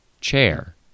Chair